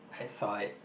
I saw it